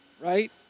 right